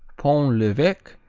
pont l'eveque.